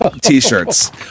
t-shirts